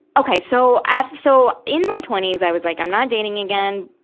okay, so, af, so in my twenty s, i was like, i'm not dating again.